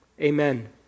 Amen